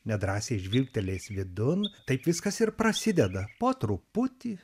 nedrąsiai žvilgtelės vidun taip viskas ir prasideda po truputį